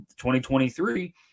2023